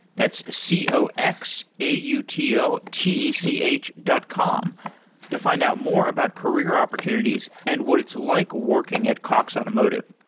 that's c o x a u t o t e c h dot com to find out more about career opportunities and what it's like working at cox automotive.